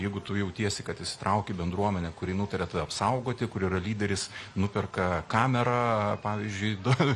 jeigu tu jautiesi kad įsitrauki į bendruomenę kuri nutaria tave apsaugoti kur yra lyderis nuperka kamerą pavyzdžiui